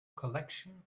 collection